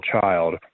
child